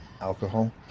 Alcohol